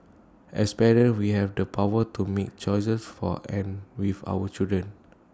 as parents we have the power to make choices for and with our children